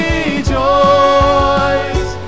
Rejoice